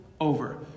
over